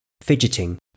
fidgeting